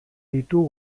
ditu